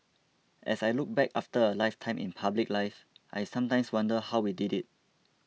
as I look back after a lifetime in public life I sometimes wonder how we did it